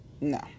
no